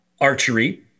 archery